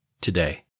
today